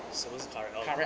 什么是 cara~ oh